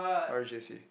or J_C